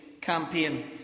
campaign